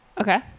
Okay